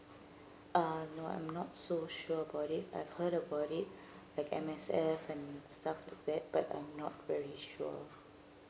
uh no I'm not so sure about it I've heard about it like M_S_F and stuff like that but I'm not very sure